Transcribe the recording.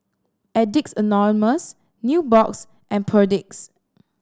Addicts Anonymous Nubox and Perdix